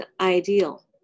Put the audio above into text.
ideal